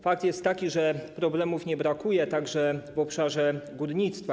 Fakt jest taki, że problemów nie brakuje także w obszarze górnictwa.